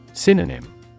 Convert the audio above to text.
Synonym